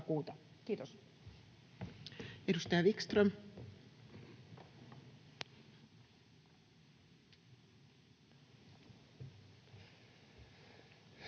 Kiitos.